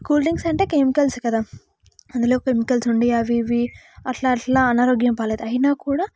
cool drinks అంటే chemicals కదా అందులో కెమికల్స్ ఉండి అవి ఇవి అట్లా అట్లా అనారోగ్యం పాలవుతారు అయినా కూడా